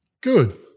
Good